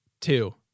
two